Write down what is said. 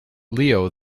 leo